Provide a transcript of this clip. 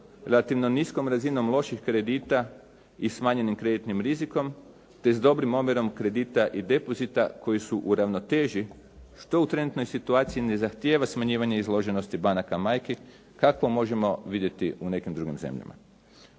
relativno niskom razinom loših kredita i smanjenim kreditnim rizikom te s dobrim omjerom kredita i depozita koji su u ravnoteži što u trenutnoj situaciji ne zahtijeva smanjivanje izloženosti banaka majki kako možemo vidjeti u nekim drugim zemljama.